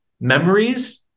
memories